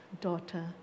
daughter